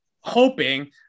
hoping